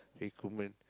recruitment